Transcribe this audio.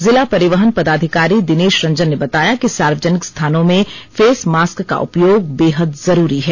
जिला परिवहन पदाधिकारी दिनेश रंजन ने बताया कि सार्वजनिक स्थानों में फेस मास्क का उपयोग बेहद जरूरी है